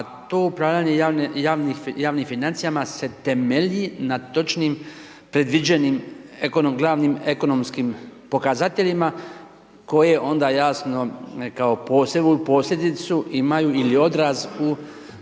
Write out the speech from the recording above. a to upravljanje javnim financijama se temelji na točnim predviđenim glavnim ekonomskim pokazateljima koje onda jasno kao posljedicu imaju ili odraz u